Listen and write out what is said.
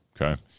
okay